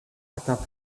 atteint